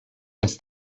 dass